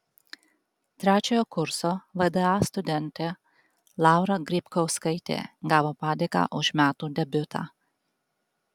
trečiojo kurso vda studentė laura grybkauskaitė gavo padėką už metų debiutą